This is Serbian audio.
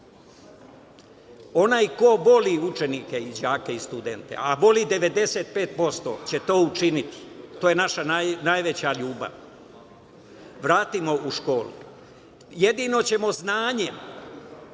Onaj ko voli učenike, đake i studente, a voli, 95% će to učiniti, to je naša najveća ljubav, vratimo u školu. Jedino ćemo znanjem